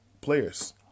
players